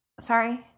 Sorry